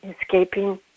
escaping